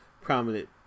prominent